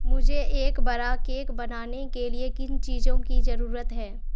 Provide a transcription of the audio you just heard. مجھے ایک بڑا کیک بنانے کے لیے کن چیزوں کی ضرورت ہے